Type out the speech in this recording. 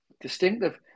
distinctive